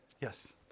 Yes